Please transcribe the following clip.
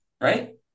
right